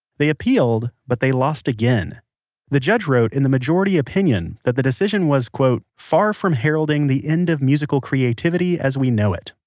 they appealed. but they lost again the judge wrote in the majority opinion that the decision was quote far from heralding the end of musical creativity as we know it.